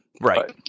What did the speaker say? Right